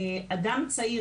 אדם צעיר,